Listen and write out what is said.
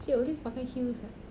she always pakai heels [what]